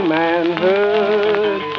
manhood